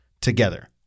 together